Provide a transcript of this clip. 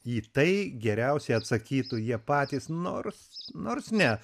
į tai geriausiai atsakytų jie patys nors nors ne